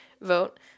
vote